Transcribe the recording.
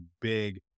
big